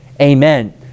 Amen